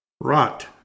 Rot